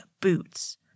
boots